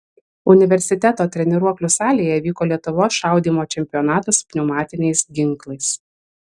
universiteto treniruoklių salėje vyko lietuvos šaudymo čempionatas pneumatiniais ginklais